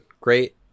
Great